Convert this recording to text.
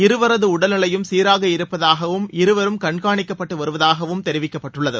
இருவரது உடல் நிலையும் சீராக இருப்பதாகவும் இருவரும் கண்காணிக்கப்பட்டு வருவதாகவும் மேலும் தெரிவிக்கப்பட்டுள்ளது